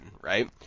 right